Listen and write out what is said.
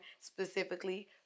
specifically